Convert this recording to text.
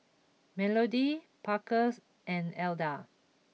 Melodie Parkers and Elda